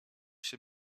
się